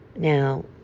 Now